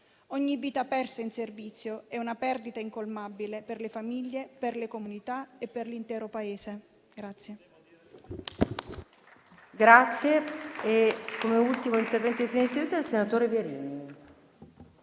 Ogni vita persa in servizio è una perdita incolmabile per le famiglie, per le comunità e per l'intero Paese.